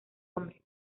hombre